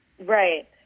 Right